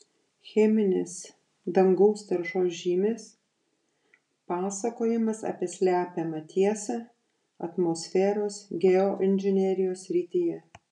cheminės dangaus taršos žymės pasakojimas apie slepiamą tiesą atmosferos geoinžinerijos srityje